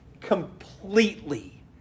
completely